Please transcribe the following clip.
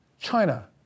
China